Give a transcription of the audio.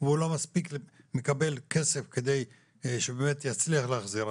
והוא לא מקבל מספיק כסף כדי שבאמת יצליח להחזיר,